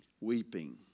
weeping